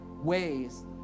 ways